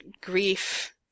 Grief